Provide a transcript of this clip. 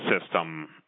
system